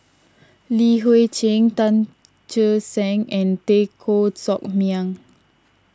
Li Hui Cheng Tan Che Sang and Teo Koh Sock Miang